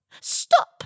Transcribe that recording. Stop